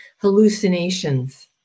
hallucinations